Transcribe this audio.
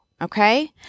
Okay